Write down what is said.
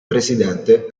presidente